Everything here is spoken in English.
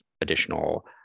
additional